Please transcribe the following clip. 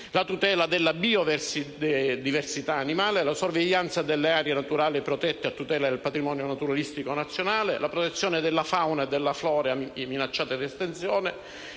la tutela della biodiversità animale, la sorveglianza delle aree naturali protette a tutela del patrimonio naturalistico nazionale, la protezione della fauna e della flora minacciate di estinzione,